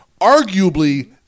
arguably